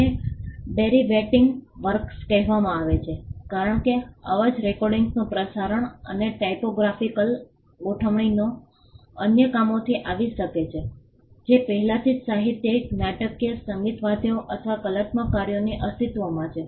આને derivative works કહેવામાં આવે છે કારણ કે અવાજ રેકોર્ડિંગ્સનું પ્રસારણ અને ટાઇપોગ્રાફિકલ ગોઠવણીઓ અન્ય કામોથી આવી શકે છે જે પહેલાથી જ સાહિત્યિક નાટકીય સંગીતવાદ્યો અથવા કલાત્મક કાર્યોથી અસ્તિત્વમાં છે